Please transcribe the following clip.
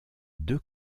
deux